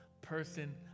person